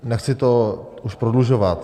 Nechci to už prodlužovat.